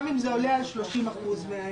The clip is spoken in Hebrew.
גם אם זה עולה על 30% מהעובדים.